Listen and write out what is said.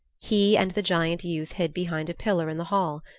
he and the giant youth hid behind a pillar in the hall.